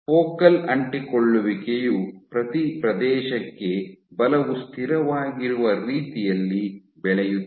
focal ಅಂಟಿಕೊಳ್ಳುವಿಕೆಯು ಪ್ರತಿ ಪ್ರದೇಶಕ್ಕೆ ಬಲವು ಸ್ಥಿರವಾಗಿರುವ ರೀತಿಯಲ್ಲಿ ಬೆಳೆಯುತ್ತದೆ